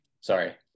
Sorry